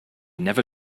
never